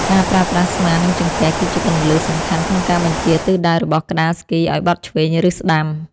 ការប្រើប្រាស់ស្មានិងចង្កេះ គឺជាគន្លឹះសំខាន់ក្នុងការបញ្ជាទិសដៅរបស់ក្ដារស្គីឱ្យបត់ឆ្វេង ឬស្ដាំ។